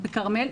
בכרמל?